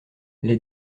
les